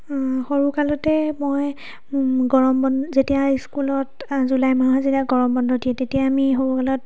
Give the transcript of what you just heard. সৰুকালতে মই গৰম বন্ধ যেতিয়া স্কুলত জুলাই মাহত যেতিয়া গৰম বন্ধ দিয়ে তেতিয়াই আমি সৰুকালত